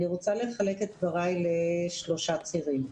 אני רוצה לחלק את דבריי לשלושה צירים.